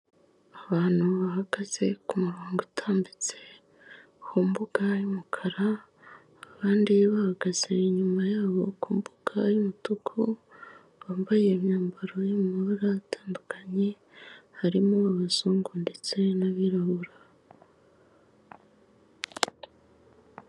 Abantu bahagaze ku murongo utambitse, ku mbuga y'umukara, abandi bahagaze inyuma yabo ku mbuga y'umutuku, bambaye imyambaro y'amabara atandukanye harimo abazungu ndetse n'abirabura.